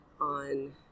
on